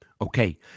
Okay